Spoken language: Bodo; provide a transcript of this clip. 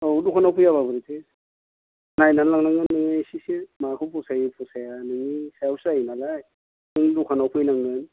औ दखानआव फैयाबा बोरैथो नायनानै लांनांगोन ना नोङो इसेसो माखौ फसायो फसाया नोंनि सायावसो जायो नालाय नों दखानाव फैनांगोन